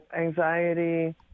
anxiety